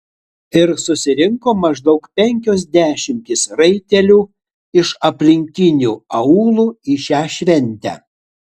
ir susirinko maždaug penkios dešimtys raitelių iš aplinkinių aūlų į šią šventę